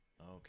Okay